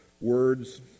words